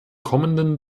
kommenden